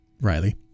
Riley